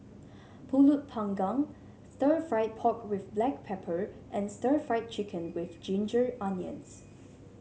pulut panggang Stir Fried Pork with Black Pepper and Stir Fried Chicken with Ginger Onions